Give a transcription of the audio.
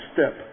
step